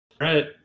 right